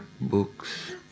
books